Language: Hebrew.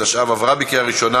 התשע"ו 2016,